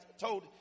told